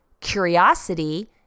curiosity